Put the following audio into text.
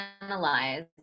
analyze